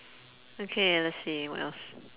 okay let's see what else